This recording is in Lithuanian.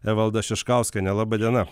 evalda šiškauskienė laba diena